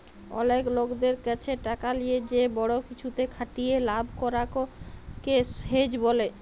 অলেক লকদের ক্যাছে টাকা লিয়ে যে বড় কিছুতে খাটিয়ে লাভ করাক কে হেজ ব্যলে